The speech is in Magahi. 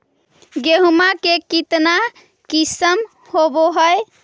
गेहूमा के कितना किसम होबै है?